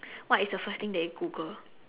what is the first thing that you Google